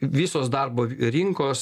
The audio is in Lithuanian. visos darbo rinkos